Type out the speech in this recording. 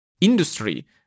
industry